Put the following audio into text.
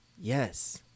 Yes